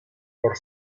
por